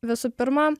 visų pirma